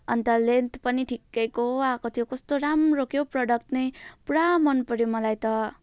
अनि त लेन्थ पनि ठिकैको आएको थियो कस्तो राम्रो के हो प्रडक्ट नै पुरा मन पर्यो मलाई त